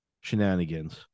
shenanigans